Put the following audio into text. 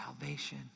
salvation